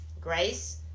grace